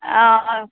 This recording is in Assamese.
অঁ অঁ